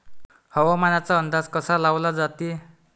हवामानाचा अंदाज कसा लावला जाते?